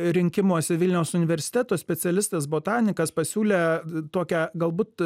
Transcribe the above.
rinkimuose vilniaus universiteto specialistas botanikas pasiūlė tokią galbūt